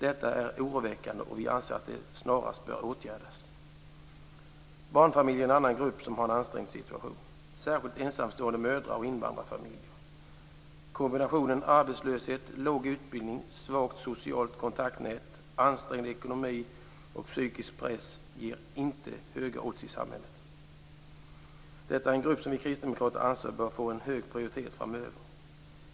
Detta är oroväckande, och vi anser att det snarast bör åtgärdas. Barnfamiljer är en annan grupp som har en ansträngd situation. Det gäller särskilt ensamstående mödrar och invandrarfamiljer. Kombinationen arbetslöshet, låg utbildning, svagt socialt kontaktnät, ansträngd ekonomi och psykisk stress ger inga höga odds i samhället. Detta är en grupp som vi kristdemokrater anser bör få en hög prioritet framöver.